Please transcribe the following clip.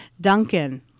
Duncan